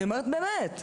אני אומרת באמת.